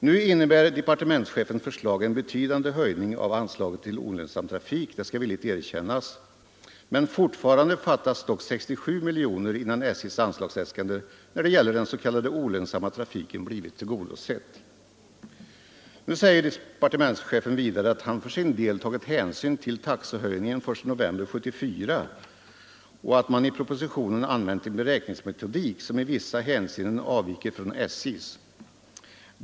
Nu innebär departementschefens förslag en betydande höjning av anslaget till olönsam trafik — det skall villigt erkännas — men fortfarande fattas dock 67 miljoner innan SJ:s anslagsäskande när det gäller den s.k. olönsamma trafiken blivit tillgodosett. Departementschefen säger att han för sin del tagit hänsyn till taxehöjningen den 1 november 1974 och att man i propositionen använt en beräkningsmetodik som i vissa hänseenden avviker från SJ:s.